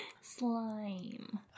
Slime